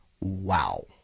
Wow